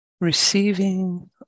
receiving